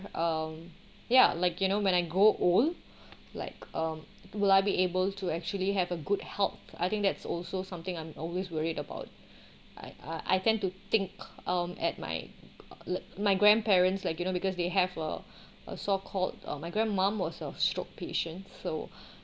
um ya like you know when I grow old like um will I be able to actually have a good health I think that's also something I'm always worried about I uh I tend to think um at my like my grandparents like you know because they have a a so called uh my grandma was a stroke patient so